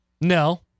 No